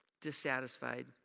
dissatisfied